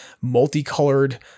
multicolored